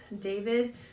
David